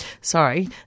Sorry